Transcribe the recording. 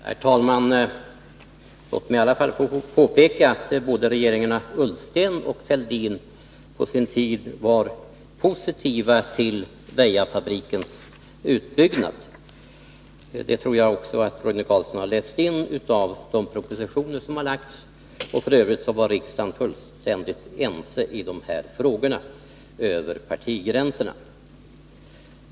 Herr talman! Låt mig påpeka att både regeringen Ullsten och regeringen Fälldin på sin tid var positiva till Väjafabrikens utbyggnad — det tror jag också att Roine Carlsson har läst in i de propositioner som har framlagts. Riksdagen var f. ö. fullständigt enig — alltså över partigränserna — i de här frågorna.